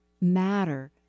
matter